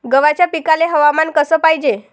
गव्हाच्या पिकाले हवामान कस पायजे?